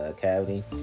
cavity